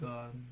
God